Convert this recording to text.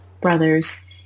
brothers